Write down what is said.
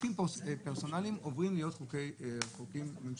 חוקים פרסונליים עוברים להיות חוקים ממשלתיים.